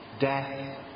death